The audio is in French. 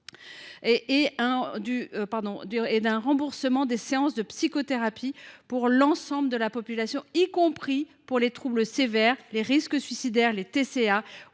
du remboursement des séances de psychothérapie pour l’ensemble de la population, y compris en cas de troubles sévères, de risques suicidaires, de